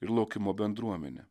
ir laukimo bendruomene